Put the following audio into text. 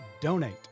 donate